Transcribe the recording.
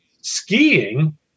skiing